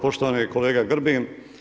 Poštovani kolega Grbin.